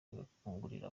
akangurira